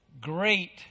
Great